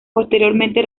posteriormente